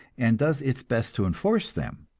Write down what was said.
and does its best to enforce them.